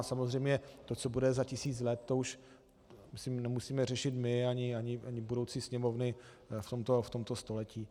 Samozřejmě to, co bude za tisíc let, to už myslím nemusíme řešit my ani budoucí sněmovny v tomto století.